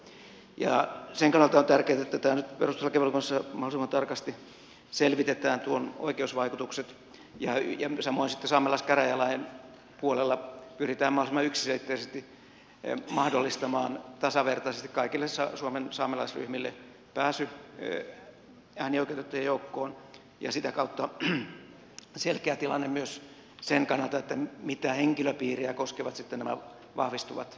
sen kannalta on tärkeätä että nyt perustuslakivaliokunnassa mahdollisimman tarkasti selvitetään tuon oikeusvaikutukset ja samoin sitten saamelaiskäräjälain puolella pyritään mahdollisimman yksiselitteisesti mahdollistamaan tasavertaisesti kaikille suomen saamelaisryhmille pääsy äänioikeutettujen joukkoon ja sitä kautta selkeä tilanne myös sen kannalta mitä henkilöpiiriä sitten nämä vahvistuvat maankäyttöoikeudet koskevat